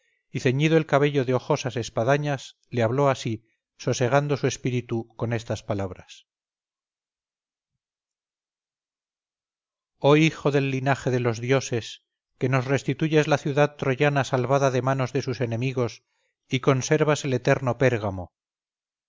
ceñido el cabello de hojosas espadañas le habló así sosegando su espíritu con estas palabras oh hijo del linaje de los dioses que nos restituyes la ciudad troyana salvada de manos de sus enemigos y conservas el eterno pérgamo